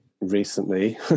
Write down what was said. recently